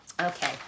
Okay